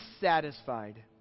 satisfied